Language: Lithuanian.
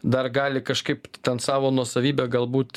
dar gali kažkaip ten savo nuosavybę galbūt